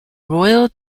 royal